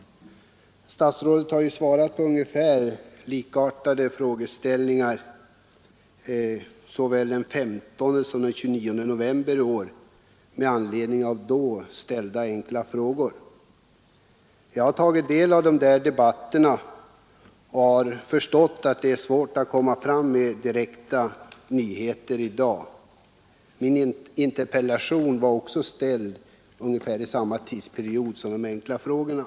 Statsrådet har 10 decemiber 1973 svarat på liknande frågor såväl den 15 som den 29 november i år med anledning av då ställda enkla frågor. Jag har tagit del av de debatter som då fördes och förstår att det är svårt att komma med några direkta nyheter i dag. Min interpellation ställdes också vid ungefär samma tid som de enkla frågorna.